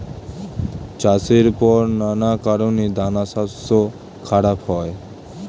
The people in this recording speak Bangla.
চাষের পর নানা কারণে দানাশস্য খারাপ হয়